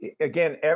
again